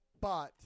but-